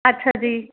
ਅੱਛਾ ਜੀ